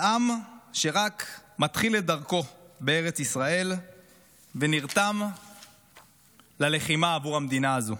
על עם שרק מתחיל את דרכו בארץ ישראל ונרתם ללחימה עבור המדינה הזאת.